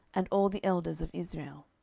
and all the elders of israel.